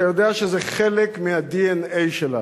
אתה יודע שזה חלק מה-DNA שלנו.